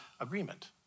agreement